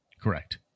Correct